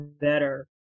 better